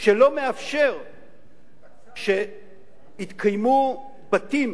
שלא מאפשר שיתקיימו בתים